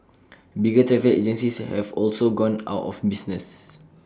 bigger travel agencies have also gone out of business